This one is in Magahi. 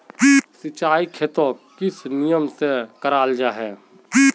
सिंचाई खेतोक किस नियम से कराल जाहा जाहा?